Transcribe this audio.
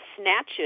snatches